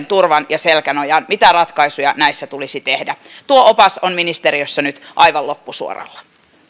turvan ja selkänojan siihen mitä ratkaisuja näissä tulisi tehdä tuo opas on ministeriössä nyt aivan loppusuoralla